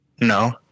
No